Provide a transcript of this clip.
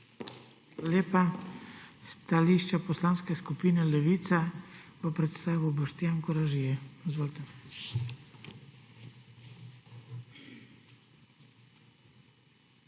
lepa. Stališče Poslanske skupine Levica bo predstavil Boštjan Koražija.